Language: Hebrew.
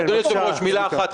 אדוני היושב-ראש, מילה אחת.